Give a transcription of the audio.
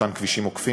אותם כבישים עוקפים,